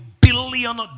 billion